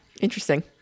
interesting